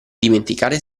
dimenticare